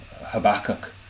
Habakkuk